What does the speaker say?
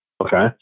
Okay